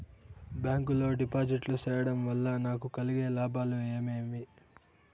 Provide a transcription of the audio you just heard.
Bank లో డిపాజిట్లు సేయడం వల్ల నాకు కలిగే లాభాలు ఏమేమి?